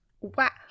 wow